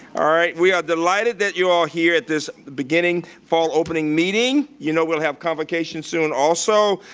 all right, we are delighted that you're all here at this beginning fall opening meeting. you know we'll have convocation soon also.